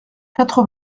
quatre